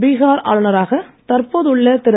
பீகார் ஆளுநராக தற்போது உள்ள திரு